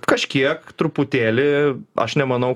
kažkiek truputėlį aš nemanau